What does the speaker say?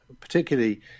particularly